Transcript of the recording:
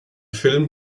film